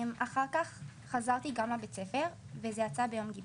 אחר כך, חזרתי גם לבית הספר, וזה יצא ביום גיבוש.